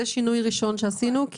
זה שינוי ראשון שעשינו,